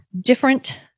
different